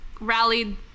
rallied